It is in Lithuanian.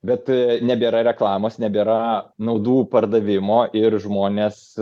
bet nebėra reklamos nebėra naudų pardavimo ir žmonės